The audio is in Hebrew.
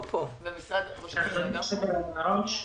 אבל המדינה מקבלת דיבידנד של 700 מיליון שקלים.